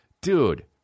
dude